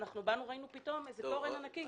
פתאום ראינו תורן ענקי.